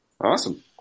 Awesome